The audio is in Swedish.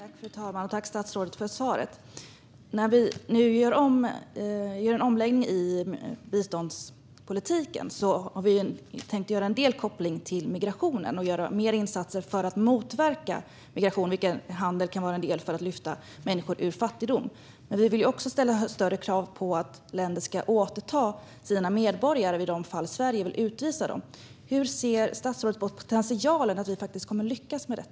Fru talman! Jag tackar statsrådet för svaret. När vi nu gör en omläggning av biståndspolitiken har vi ju tänkt ha en koppling till migrationen och göra mer insatser för att motverka migration. Där kan handel vara en del genom att människor lyfts ur fattigdom, men vi vill även ställa större krav på att länder ska återta sina medborgare i de fall Sverige vill utvisa dem. Hur ser statsrådet på potentialen att lyckas med detta?